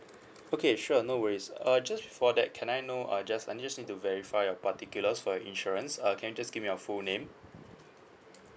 okay sure no worries uh just before that can I know uh just I need just need to verify your particulars for your insurance uh can you just give me your full name